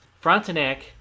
Frontenac